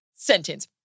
sentence